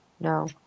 no